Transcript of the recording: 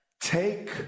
Take